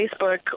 Facebook